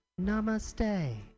Namaste